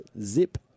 zip